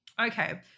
Okay